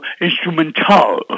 Instrumental